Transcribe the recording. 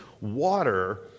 water